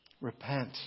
repent